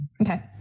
Okay